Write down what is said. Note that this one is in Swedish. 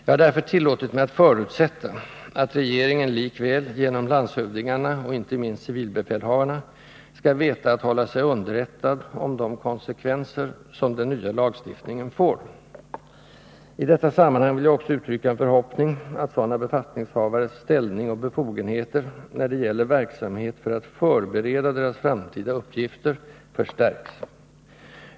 Jag har därför tillåtit mig att förutsätta att regeringen likväl, genom landshövdingarna och inte minst civilbefälhavarna, skall veta att hålla sig underrättad om de konsekvenser som den nya lagstiftningen får. I detta sammanhang vill jag också uttrycka en förhoppning att sådana befattningshavares ställning och befogenheter förstärks när det gäller verksamheter för att förbereda deras framtida uppgifter.